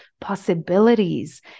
possibilities